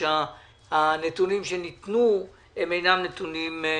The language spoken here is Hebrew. שהנתונים שנתנו אינם נתונים נכונים.